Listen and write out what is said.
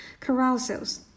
carousels